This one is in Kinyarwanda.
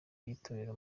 b’itorero